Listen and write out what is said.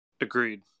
Agreed